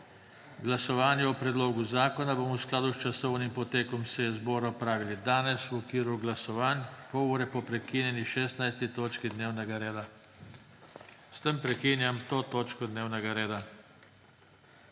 Glasovanje o predlogu zakona bomo v skladu s časovnim potekom seje zbora opravili danes v okviru glasovanj, pol ure po prekinjeni 16. točki dnevnega reda. S tem prekinjam to točko dnevnega reda.